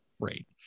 Great